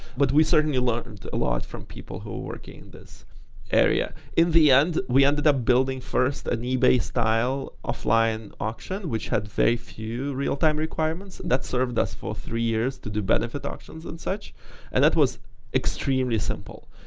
but we certainly learned a lot from people who are working this area in the end, we ended up building first and ebay style off-line auction which had very few real time requirements. that served us for three years to the benefit auctions and such and that was extremely simple.